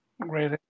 Great